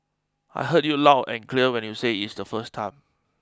I heard you loud and clear when you said it's first time